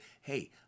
Hey